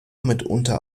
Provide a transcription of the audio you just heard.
mitunter